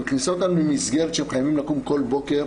היא מכניסה אותן למסגרת שהן חייבות לקום כל בוקר,